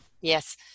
yes